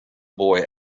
boy